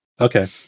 Okay